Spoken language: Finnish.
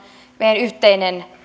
meidän yhteinen